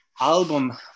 Album